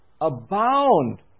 abound